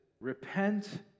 repent